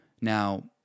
Now